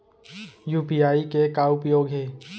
UPI के का उपयोग हे?